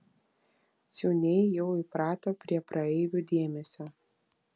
ciūniai jau įprato prie praeivių dėmesio